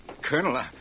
Colonel